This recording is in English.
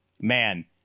man